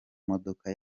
modoka